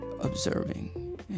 Observing